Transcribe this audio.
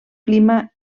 clima